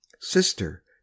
sister